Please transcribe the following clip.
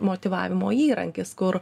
motyvavimo įrankis kur